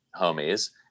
homies